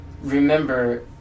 remember